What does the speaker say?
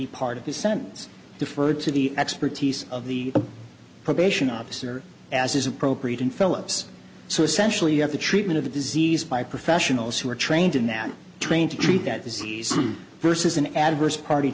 be part of his sentence deferred to the expertise of the probation officer as is appropriate in philips so essentially you have the treatment of the disease by professionals who are trained in that trained to treat that disease versus an adverse party